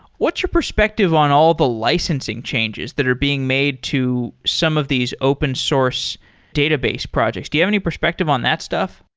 what's your perspective on all the licensing changes that are being made to some of these open source database projects? do you have any perspective on that stuff?